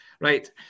Right